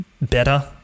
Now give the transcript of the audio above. better